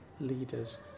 leaders